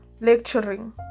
Lecturing